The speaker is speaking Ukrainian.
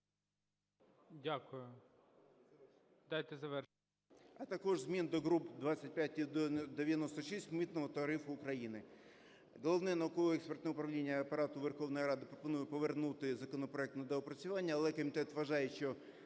Дякую. Дайте завершити.